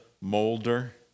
molder